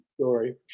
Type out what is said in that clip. story